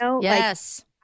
yes